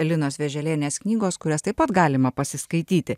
linos vėželienės knygos kurias taip pat galima pasiskaityti